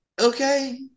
okay